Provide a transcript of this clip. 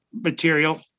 material